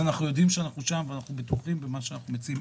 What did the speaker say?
אז אנחנו יודעים שאנחנו שם ואנחנו בטוחים במה שאנחנו מציעים,